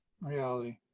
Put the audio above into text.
reality